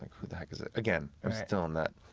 who the heck is it. again, i'm still in that,